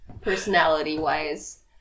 personality-wise